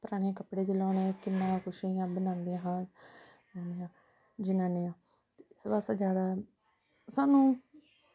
पराने कपड़े जेल्लै उनेंगी किन्ना कुछ इ'यां बनांदे हे जनानियां ते इस बास्तै जादा सानूं